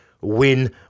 win